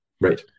Right